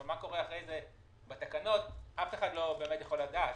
אבל מה קורה אחרי כן בתקנות אף אחד לא יכול לדעת.